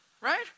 right